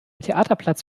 theaterplatz